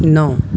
نو